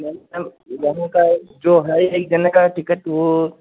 ma'am एक जने जाने का है जो है एक जने का है टिकट वह